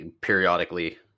periodically